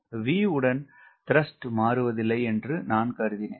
V உடன் thrust மாறுவதில்லை என்று நான் கருதினேன்